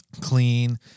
clean